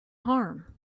harm